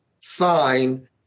sign